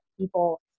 people